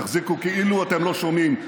תחזיקו כאילו אתם לא שומעים,